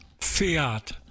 Fiat